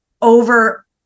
over